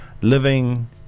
living